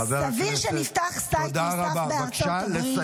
חבר הכנסת --- סביר שנפתח site נוסף בארצות הברית -- תודה רבה.